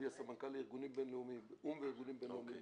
סמנכ"ל לאו"ם וארגונים בינלאומיים.